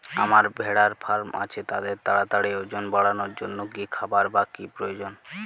আমার ভেড়ার ফার্ম আছে তাদের তাড়াতাড়ি ওজন বাড়ানোর জন্য কী খাবার বা কী প্রয়োজন?